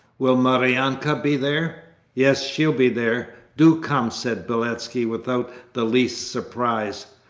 will maryanka be there yes, she'll be there. do come said beletski, without the least surprise.